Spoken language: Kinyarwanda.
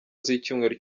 z’icyumweru